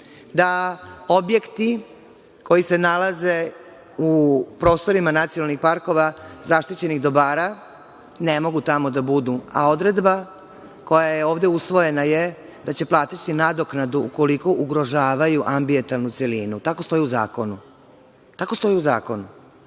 da objekti koji se nalaze u prostorima nacionalnih parkova zaštićenih dobara ne mogu tamo da budu, a odredba koja je ovde usvojena je da će platiti nadoknadu ukoliko ugrožavaju ambijentalnu celinu. Tako stoji u zakonu.